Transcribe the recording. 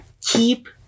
keep